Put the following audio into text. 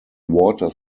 water